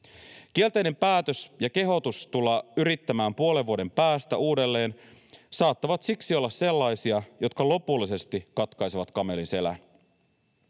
Kielteinen päätös ja kehotus tulla yrittämään puolen vuoden päästä uudelleen saattavat siksi olla sellaisia, jotka lopullisesti katkaisevat kamelin selän.